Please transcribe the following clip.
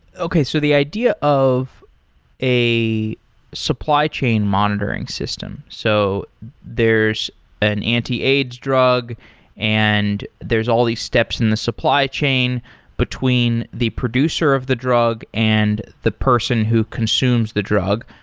okay. so the idea of a supply chain monitoring system, so there's an anti-aids drug and there're all these steps in the supply chain between the producer of the drug and the person who consumes the drug.